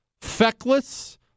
feckless